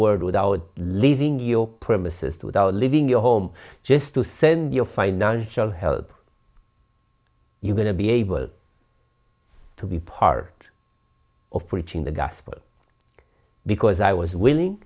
word without leaving your premises without leaving your home just to send your financial help you're going to be able to be part of preaching the gospel because i was willing